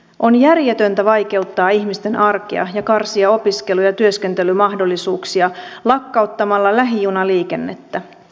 on järjetöntä vaikeuttaa ihmisten arkea ja karsia opiskelu ja työskentelymahdollisuuksia lakkauttamalla lähijunaliikennettä